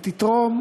ותתרום,